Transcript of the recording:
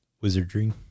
wizardry